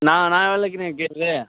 நான் நான் எவ்வளோக்கிண்ண விற்கறது